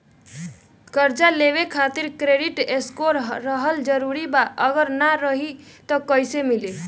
कर्जा लेवे खातिर क्रेडिट स्कोर रहल जरूरी बा अगर ना रही त कैसे मिली?